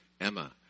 Emma